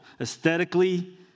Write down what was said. Aesthetically